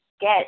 get